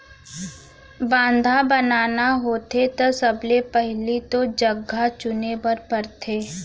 बांधा बनाना होथे त सबले पहिली तो जघा चुने बर परथे